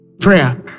Prayer